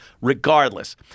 Regardless